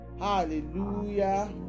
Hallelujah